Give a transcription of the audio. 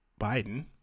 Biden